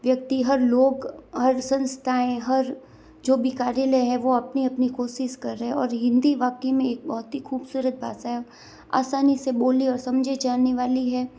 व्यक्ति हर लोग हर संस्थाएँ हर जो भी कार्यालय हैं वो अपनी अपनी कोशिश कर रहे हैं और हिन्दी वाक़ई में एक बहुत ही ख़ूबसूरत भाषा है आसानी से बोले और समझी जाने वाली